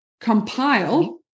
compile